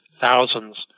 thousands